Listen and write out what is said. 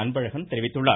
அன்பழகன் தெரிவித்துள்ளார்